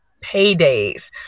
paydays